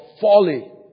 folly